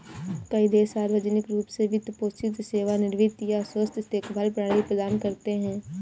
कई देश सार्वजनिक रूप से वित्त पोषित सेवानिवृत्ति या स्वास्थ्य देखभाल प्रणाली प्रदान करते है